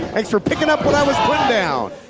thanks for picking up what i was putting down.